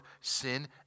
sin